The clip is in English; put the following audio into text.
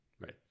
right